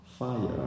fire